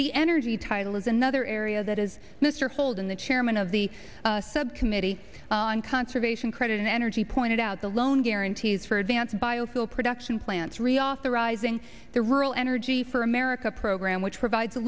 the energy title is another area that is mr holden the chairman of the subcommittee on conservation credit and energy pointed out the loan guarantees for advanced biofuel production plants reauthorizing the rural energy for america program which provides